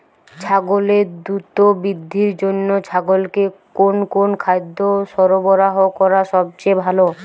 ছাগলের দ্রুত বৃদ্ধির জন্য ছাগলকে কোন কোন খাদ্য সরবরাহ করা সবচেয়ে ভালো?